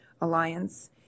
alliance